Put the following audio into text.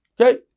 Okay